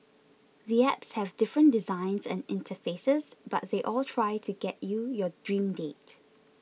the apps have different designs and interfaces but they all try to get you your dream date